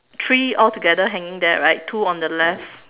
three altogether hanging there right two on the left